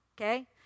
okay